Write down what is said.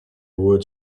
would